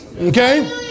Okay